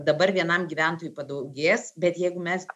dabar vienam gyventojui padaugės bet jeigu mes